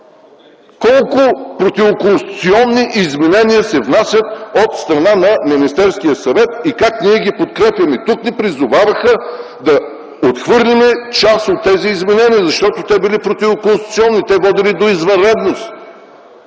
колко противоконституционни изменения се внасят от страна на Министерския съвет и как ние ги подкрепяме. Тук ни призоваваха да отхвърлим част от тези изменения, защото били противоконституционни, водели до извънредност,